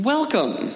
Welcome